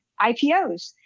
IPOs